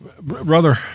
brother